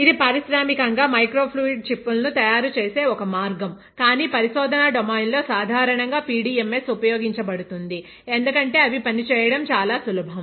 ఇది పారిశ్రామికంగా micro fluid chip లను తయారు చేసే ఒక మార్గంకానీ ఒక పరిశోధన డొమైన్లో సాధారణంగా PDMS ఉపయోగించబడుతుంది ఎందుకంటే అవి పని చేయడం చాలా సులభం